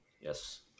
Yes